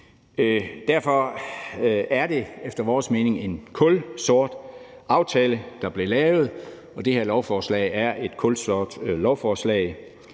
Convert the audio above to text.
Derfor er det efter vores mening en kulsort aftale, der blev lavet, og det her lovforslag er et kulsort lovforslag.